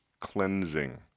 cleansing